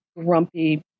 grumpy